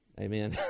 Amen